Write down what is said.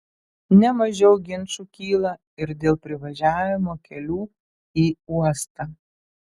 ne mažiau ginčų kyla ir dėl privažiavimo kelių į uostą